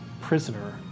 prisoner